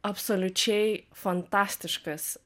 absoliučiai fantastiškas